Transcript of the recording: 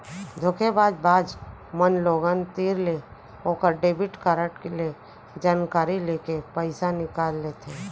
धोखेबाज बाज मन लोगन तीर ले ओकर डेबिट कारड ले जानकारी लेके पइसा निकाल लेथें